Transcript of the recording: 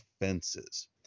offenses